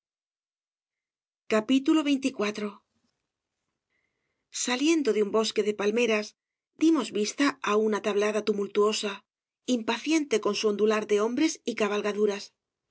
bradomin aliendo de un bosque de palmeras dimos vista á una tablada tumultuosa impaciente con su ondular de hombres y cabalgaduras